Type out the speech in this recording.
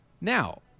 Now